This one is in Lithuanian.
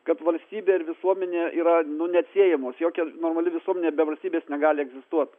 kad valstybė ir visuomenė yra nu neatsiejamos jokia normali visuomenė be valstybės negali egzistuot